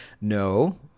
No